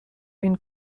این